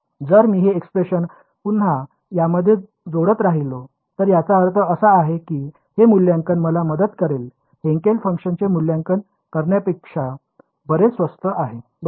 जर मी हे एक्सप्रेशन पुन्हा यामध्ये जोडत राहिलो तर याचा अर्थ असा आहे की हे मूल्यांकन मला मदत करेल हेन्केल फंक्शनचे मूल्यांकन करण्यापेक्षा बरेच स्वस्त आहे बरोबर